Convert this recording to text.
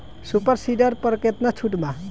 Super seeder पर केतना छूट बा?